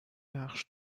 نقش